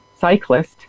Cyclist